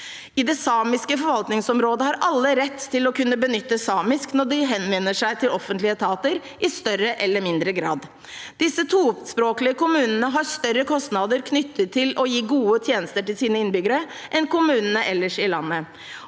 I det samiske forvaltningsområdet har alle rett til å kunne benytte samisk når de henvender seg til offentlige etater – i større eller mindre grad. Disse tospråklige kommunene har større kostnader knyttet til å gi gode tjenester til sine innbyggere enn kommunene ellers i landet.